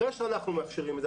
אחרי שאנחנו מאפשרים את זה,